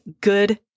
good